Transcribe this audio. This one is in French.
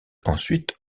ensuite